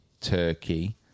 Turkey